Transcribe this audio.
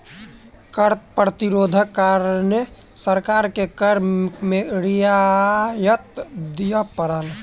कर प्रतिरोधक कारणें सरकार के कर में रियायत दिअ पड़ल